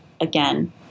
again